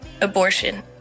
abortion